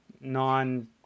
non